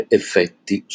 effetti